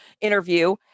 interview